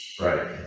Right